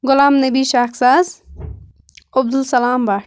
Ghulam Nabi Shakhsaz Abdul Salam Bhat